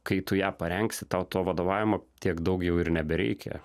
kai tu ją parengsi tau to vadovavimo tiek daug jau ir nebereikia